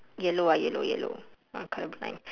yellow ah yellow yellow I'm colour blind